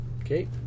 Okay